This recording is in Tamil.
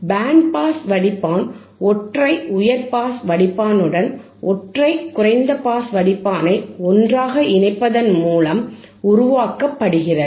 பேண்ட் பாஸ் வடிப்பான் ஒற்றை உயர் பாஸ் வடிப்பானுடன் ஒற்றை குறைந்த பாஸ் வடிப்பானை ஒன்றாக இணைப்பதன் மூலம் உருவாக்கப்படுகிறது